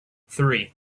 three